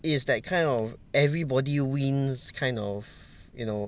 it is that kind of everybody wins kind of you know